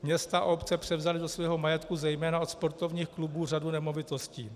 Města a obce převzaly do svého majetku zejména od sportovních klubů řadu nemovitostí.